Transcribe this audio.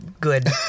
Good